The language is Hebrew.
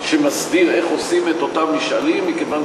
אני דווקא